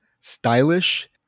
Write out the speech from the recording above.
stylish